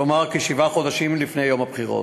כלומר, כשבעה חודשים לפני יום הבחירות.